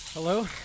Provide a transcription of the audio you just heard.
hello